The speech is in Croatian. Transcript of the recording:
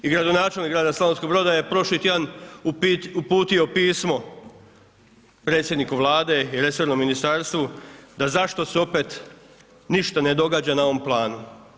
I gradonačelnik grada Slavonskog Broda je prošli tjedan uputio pismo predsjedniku Vlade i resornom ministarstvu da zašto se opet ništa ne događa na ovom planu?